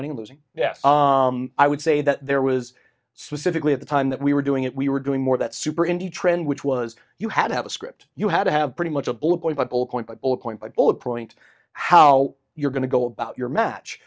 winning or losing yes i would say that there was specifically at the time that we were doing it we were doing more that super indy trend which was you had to have a script you had to have pretty much of a bible point by point by bullet point how you're going to go about your match